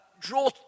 draw